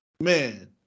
Man